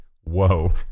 whoa